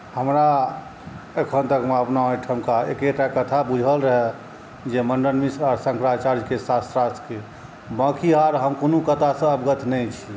हमरा एखन तकमे अपना एहिठामके एकेटा कथा बुझल रहय जे मण्डन मिश्र आ शङ्कराचार्यके शास्त्रार्थके बाँकी आर हम कोनो कथासँ अवगत नहि छी